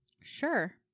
Sure